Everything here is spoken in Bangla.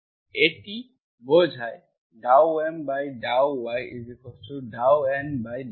এটি বোঝায়∂M∂y∂N∂x